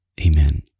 Amen